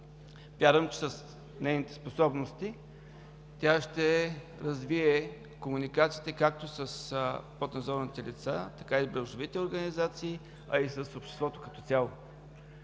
Вярвам, че с нейните способности ще развие комуникациите както с поднадзорните лица, така и с браншовите организации, а и с обществото като цяло.